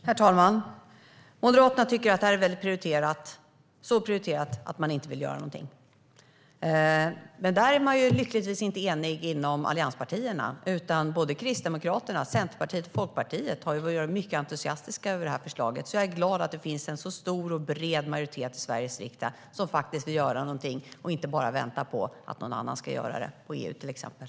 Herr talman! Moderaterna tycker att det här är väldigt prioriterat, så prioriterat att man inte vill göra någonting. Lyckligtvis är man inte enig inom Alliansen. Kristdemokraterna, Centerpartiet och Liberalerna har varit väldigt entusiastiska över det här förslaget. Jag är glad över att det finns en så stor och bred majoritet i Sveriges riksdag som faktiskt vill göra någonting och inte bara väntar på att någon annan, till exempel EU, ska göra det.